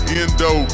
endo